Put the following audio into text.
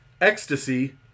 Ecstasy